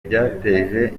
byateje